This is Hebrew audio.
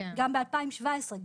גם ב-2017,